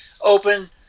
open